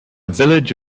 village